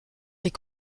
les